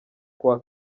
kuwa